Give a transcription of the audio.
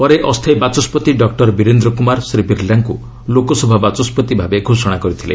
ପରେ ଅସ୍ଥାୟୀ ବାଚସ୍କତି ଡକ୍ଟର ବୀରେନ୍ଦ୍ର କୁମାର ଶ୍ରୀ ବିର୍ଲାଙ୍କୁ ଲୋକସଭା ବାଚସ୍କତି ଭାବେ ଘୋଷଣା କରିଥିଲେ